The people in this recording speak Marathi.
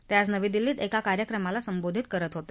ते आज नवी दिल्लीत एका कार्यक्रमाला संबोधित करत होते